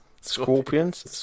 Scorpions